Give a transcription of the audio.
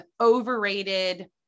overrated